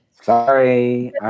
Sorry